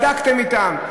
בדקתם אתם?